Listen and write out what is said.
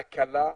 תקלה,